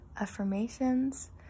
affirmations